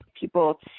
people